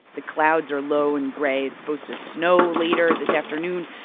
the clouds are low and gray. it's supposed to snow later this afternoon.